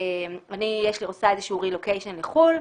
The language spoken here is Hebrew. אני עושה רילוקיישן לחו"ל,